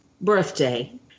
birthday